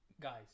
guys